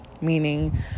meaning